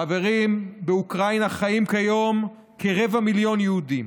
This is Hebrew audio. חברים, באוקראינה חיים כיום כרבע מיליון יהודים.